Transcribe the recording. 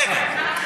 הרגע.